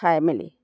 খাই মেলি